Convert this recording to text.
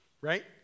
right